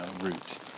route